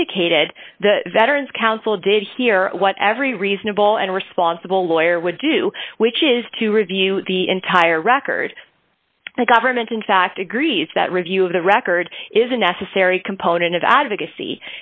indicated the veteran's council did hear what every reasonable and responsible lawyer would do which is to review the entire record the government in fact agrees that review of the record is a necessary component of advocacy